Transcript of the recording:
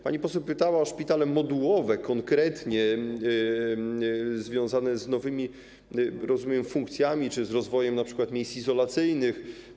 Pani poseł pytała o szpitale modułowe konkretnie związane z nowymi, jak rozumiem, funkcjami czy z rozwojem np. miejsc izolacyjnych.